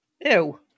Ew